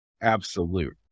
Absolute